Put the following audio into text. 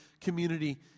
community